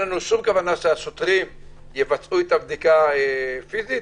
לנו שום כוונה שהשוטרים יבצעו את הבדיקה פיסית,